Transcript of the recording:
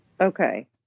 Okay